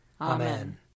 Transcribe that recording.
Amen